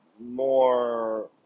more